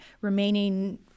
remaining